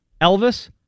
Elvis